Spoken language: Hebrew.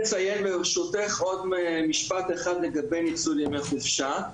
אני רוצה לציין ברשותך עוד משפט אחד לגבי ניצול ימי חופשה.